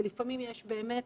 ולפעמים יש באמת